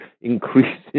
increases